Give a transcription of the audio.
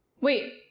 Wait